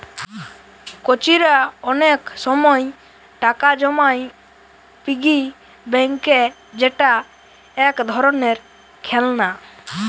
কচিরা অনেক সময় টাকা জমায় পিগি ব্যাংকে যেটা এক ধরণের খেলনা